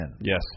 Yes